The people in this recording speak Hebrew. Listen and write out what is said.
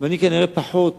ואני כנראה פחות